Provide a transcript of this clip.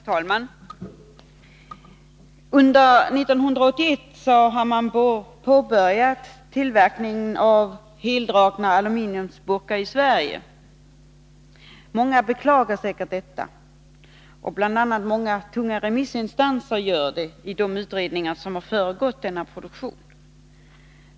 Herr talman! Under 1981 har man påbörjat tillverkningen av heldragna aluminiumburkar i Sverige. Detta beklagas säkerligen av många. Bl. a. beklagas det av en hel del tunga remissinstanser i anslutning till de utredningar som har föregått denna produktion.